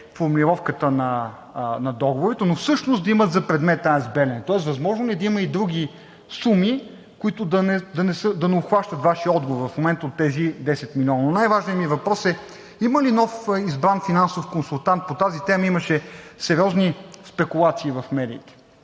формулировката на договорите, но всъщност да имат за предмет АЕЦ „Белене“. Тоест възможно ли е да има и други суми, които да не обхващат – от Вашия отговор в момента – тези 10 млн. лв.? Най-важният ни въпрос е: има ли нов избран финансов консултант? По тази тема имаше сериозни спекулации в медиите.